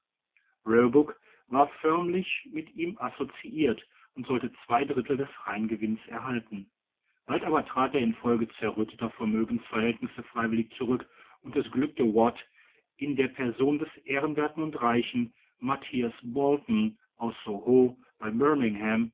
war förmlich mit ihm associrt und sollte zwei drittel des reingewinns erhalten bald aber trat er in folge zerrütteter vermögensverhältnisse freiwillig zurück und es glückte watt in der person des ehrenwerthen und reichen matthias boulton aus soho bei